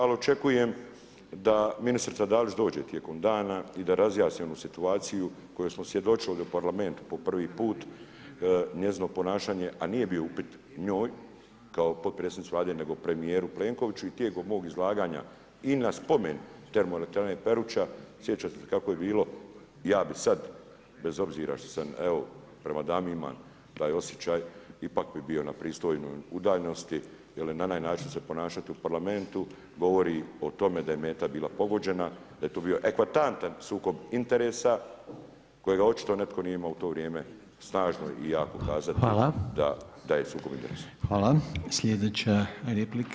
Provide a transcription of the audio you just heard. Ali očekujem da ministrica Dalić dođe tijekom dana i da razjasni onu situaciju kojoj smo svjedočili u parlamentu po prvi put, njezino ponašanje, a nije bio upit njoj kao potpredsjednici Vlade nego premijeru Plenkoviću i tijekom mog izlaganja i na spomen termoelektrane Peruča, sjećate se kao je bilo, ja bih sad bez obzira što sam, evo, prema dami imam taj osjećaj, ipak bi bio na pristojnoj udaljenosti jer na onaj način se ponašati u parlamentu govori o tome da je meta bila pogođena, da je to bio eklatantan sukob interesa kojega očito netko nije imao u to vrijeme snažno i jako kazati da je sukob interesa.